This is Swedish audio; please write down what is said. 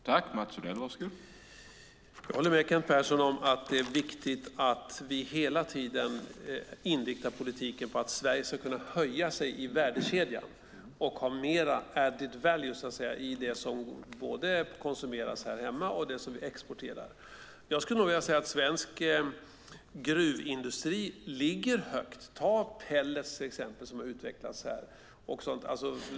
Herr talman! Jag håller med Kent Persson om att det är viktigt att vi hela tiden inriktar politiken på att Sverige ska kunna höja sig i värdekedjan och så att säga ha mer added value i det som både konsumeras här hemma och det som vi exporterar. Jag skulle nog vilja säga att svensk gruvindustri ligger högt. Ta pellets till exempel, som har utvecklats här.